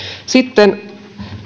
sitten